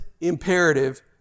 imperative